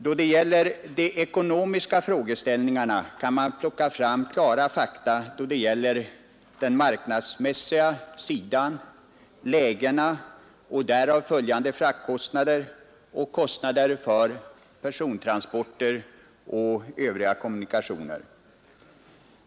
Då det gäller de ekonomiska frågeställningarna kan man plocka fram klara fakta i fråga om den marknadsmässiga sidan, företagens läge och därav följande fraktkostnader och kostnader för persontransporter och övriga kommunikationer.